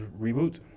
reboot